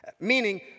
meaning